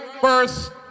first